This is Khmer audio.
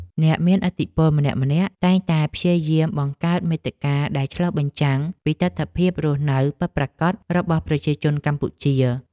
អ្នកមានឥទ្ធិពលម្នាក់ៗតែងតែព្យាយាមបង្កើតមាតិកាដែលឆ្លុះបញ្ចាំងពីតថភាពរស់នៅពិតប្រាកដរបស់ប្រជាជនកម្ពុជា។